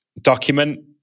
document